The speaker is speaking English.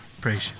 Praise